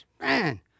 Man